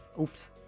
Oops